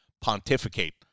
pontificate